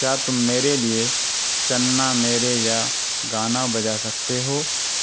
کیا تم میرے لیے چنا میرے یا گانا بجا سکتے ہو